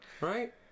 Right